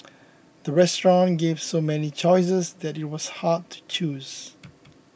the restaurant gave so many choices that it was hard to choose